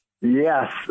Yes